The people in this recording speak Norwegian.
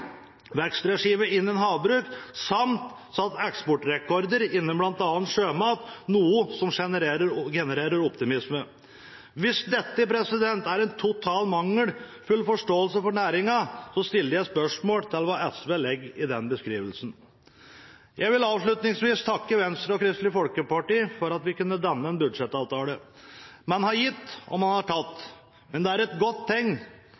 vekstregime innen havbruk samt satt eksportrekorder innen bl.a. sjømat, noe som genererer optimisme. Hvis dette er en totalt mangelfull forståelse for næringen, stiller jeg spørsmål ved hva SV legger i den beskrivelsen. Jeg vil avslutningsvis takke Venstre og Kristelig Folkeparti for at vi kunne danne en budsjettavtale. Man har gitt, og man har tatt, men det er et godt tegn